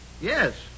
Yes